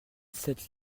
cette